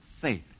faith